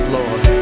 Lord